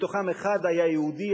מתוכם אחד היה יהודי,